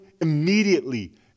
immediately